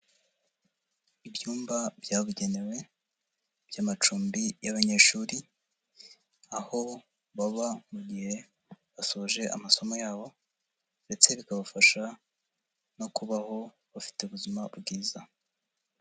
Ibyumba byabugenewe by'amacumbi y'abanyeshuri, aho baba mu gihe basoje amasomo yabo ndetse bikabafasha no kubaho bafite ubuzima bwiza.